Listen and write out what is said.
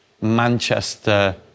Manchester